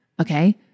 okay